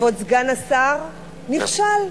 כבוד סגן השר, נכשל,